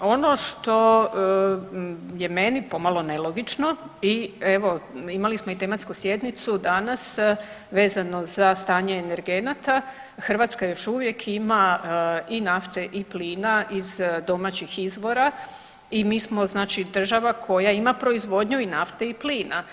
ono što je meni pomalo nelogično i evo imali smo i tematsku sjednicu danas vezano za stanje energenata, Hrvatska još uvijek ima i nafte i plina iz domaćih izvora i mi smo znači država koja ima proizvodnju i nafte i plina.